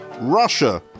Russia